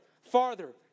farther